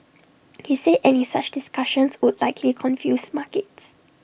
he said any such discussions would likely confuse markets